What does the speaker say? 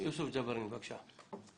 יוסף ג'בארין, בבקשה.